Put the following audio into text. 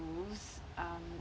rules um